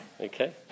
Okay